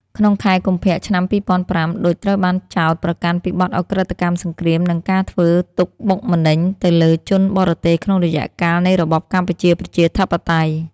ក្នុងខែ កុម្ភៈ ឆ្នាំ២០០៥ ឌុច ត្រូវបានចោទ ប្រកាន់ពីបទឧក្រិដ្ឋកម្មសង្គ្រាមនិងការធ្វើទុក្ខបុកម្នេញទៅលើជនបរទេសក្នុងរយៈកាលនៃរបបកម្ពុជាប្រជាធិបតេយ្យ ។